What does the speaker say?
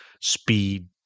speed